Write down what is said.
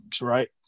right